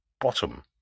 bottom